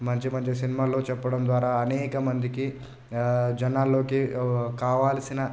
మంచి మంచి సినిమాల్లో చెప్పడం ద్వారా అనేకమందికి జనాల్లోకి కావాల్సిన